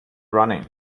running